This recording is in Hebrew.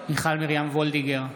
מיכל מרים וולדיגר,